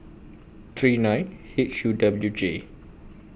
three nine H U W J